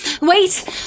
Wait